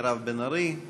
ילד נעדר עוגן משפחתי),